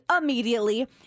immediately